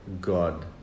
God